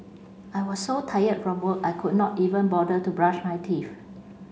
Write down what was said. I was so tired from work I could not even bother to brush my teeth